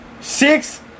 Six